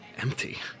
empty